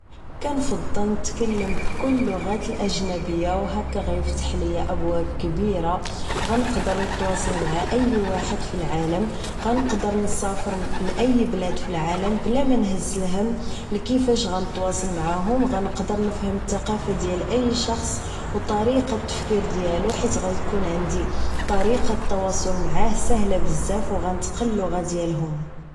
كنفضل نتكلم بكل اللغات الاجنبية و هكا غيفتح ليا ابواب كبيرة غنقدر نتواصل مع اي واحد فالعالم غنقدر نسافر لاي بلاد فالعالم بلا مانهز الهم لكيفاش غنتواصل معاهم غنقدر نفهم التقافة ديال اي شخص و طريقة التفكير ديالو حيث غيكون عندي طريقة التواصل معاه سهلة بزاف و غنتقن اللغة ديالهم